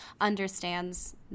understands